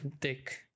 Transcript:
Dick